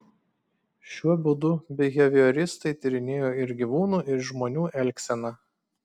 šiuo būdu bihevioristai tyrinėjo ir gyvūnų ir žmonių elgseną